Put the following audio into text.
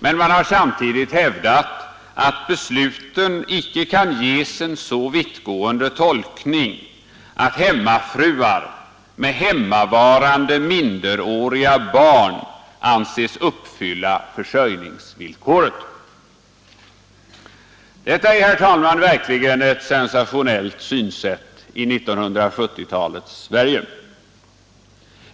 Praxis i naturalisationsärenden men den har samtidigt hävdat att besluten inte kan ges en så vittgående tolkning att hemmafruar med hemmavarande minderåriga barn anses uppfylla försörjningsvillkoren. Detta är, herr talman, verkligen ett sensationellt synsätt i 1970-talets Sverige.